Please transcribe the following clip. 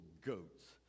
goats